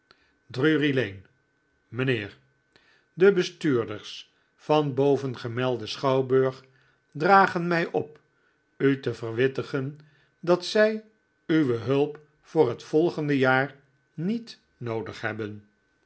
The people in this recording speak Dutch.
drury-lane mijnheer de bestuurders van bovengemelden schouwburg dragen mij op u te verwittigen dat zij uwe hulp voor het volgende jaar niet noodig hebben